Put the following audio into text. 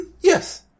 Yes